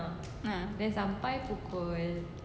ah